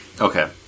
okay